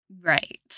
Right